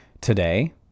today